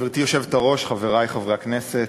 גברתי היושבת-ראש, חברי חברי הכנסת,